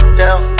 down